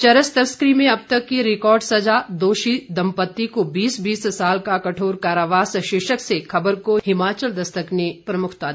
चरस तस्करी में अब तक की रिकॉर्ड सजा दोषी दंपति को बीस बीस साल का कठोर कारावास शीर्षक से खबर को हिमाचल दस्तक ने प्रमुखता दी है